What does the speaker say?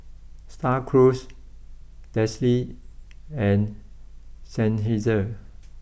Star Cruise Delsey and Seinheiser